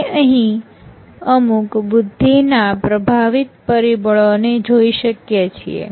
આપણે અહીં અમુક બુદ્ધિના પ્રભાવિત પરિબળો ને જોઈ શકીએ છીએ